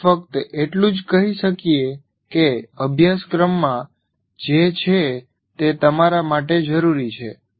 આપણે ફક્ત એટલું જ કહી શકીએ કે અભ્યાસક્રમમાં જે છે તે તમારા માટે જરૂરી છે